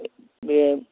बे